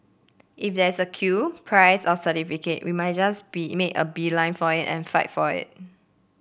if there's a queue prize or certificate we might just be make a beeline for it and fight for it